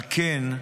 על כן,